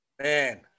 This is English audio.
Man